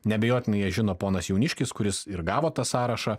neabejotinai jie žino ponas jauniškis kuris ir gavo tą sąrašą